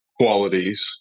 qualities